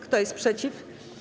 Kto jest przeciw?